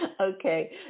okay